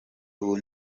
ubu